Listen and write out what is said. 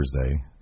thursday